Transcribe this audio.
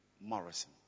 Morrison